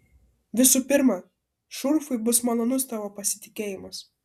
visų pirma šurfui bus malonus tavo pasitikėjimas